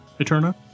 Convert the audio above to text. Eterna